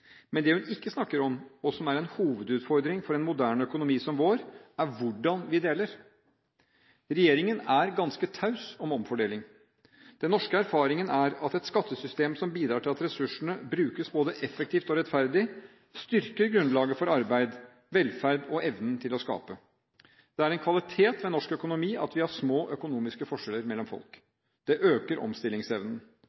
Men det hun ikke snakker om, og som er en hovedutfordring for en moderne økonomi som vår, er hvordan vi deler. Regjeringen er ganske taus om omfordeling. Den norske erfaringen er at et skattesystem som bidrar til at ressursene brukes både effektivt og rettferdig, styrker grunnlaget for arbeid, velferd og evnen til å skape. Det er en kvalitet ved norsk økonomi at vi har små økonomiske forskjeller mellom folk.